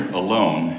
alone